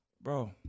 Bro